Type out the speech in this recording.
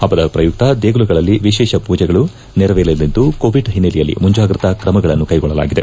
ಪಟ್ಟದ ಪ್ರಯುಕ್ತ ದೇಗುಲದಲ್ಲಿ ವಿಶೇಷ ಪೂಜೆಗಳು ನೆರವೇರಲಿದ್ದು ಕೋವಿಡ್ ಹಿನ್ನೆಲೆಯಲ್ಲಿ ಮುಂಜಾಗ್ರತಾ ತ್ರಮಗಳನ್ನು ಕೈಗೊಳ್ಳಲಾಗಿದೆ